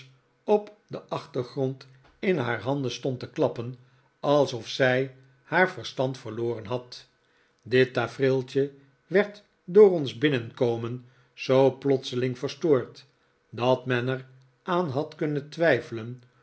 op den achtergrond in haar handen stopd te klappen alsof zij haar verstand verloren had dit tafereeltje werd door ons binnenkomen zoo plotseling verstoord dat men er aan had kunnen twijfelen